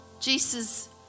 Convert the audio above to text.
Jesus